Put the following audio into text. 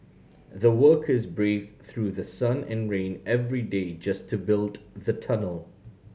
the workers braved through the sun and rain every day just to build the tunnel